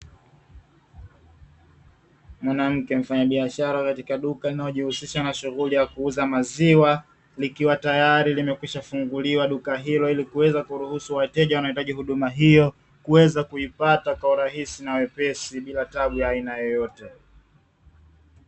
Mwanamke mfanyabiashara katika duka linalojihusisha na shughuli ya kuuza maziwa likiwa tayari limekwisha funguliwa duka hilo, ili kuweza kuruhusu wateja wanao hitaji huduma hiyo, kuweza kuipata kwa urahisi na wepesi bila tabu ya aina yoyote.